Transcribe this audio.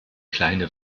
kleine